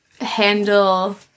handle